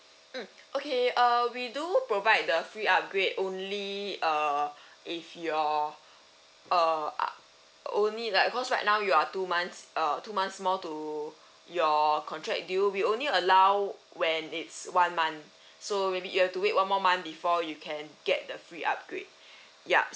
mm okay uh we do provide the free upgrade only uh if your uh only like cause right now you are two months uh two months more to your contract due we only allow when it's one month so may be you have to wait one more month before you can get the free upgrade yup